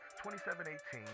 2718